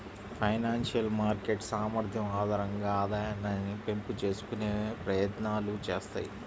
financial market సామర్థ్యం ఆధారంగా ఆదాయాన్ని పెంపు చేసుకునే ప్రయత్నాలు చేత్తాయి